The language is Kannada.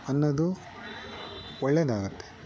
ಅನ್ನೋದು ಒಳ್ಳೆಯದಾಗುತ್ತೆ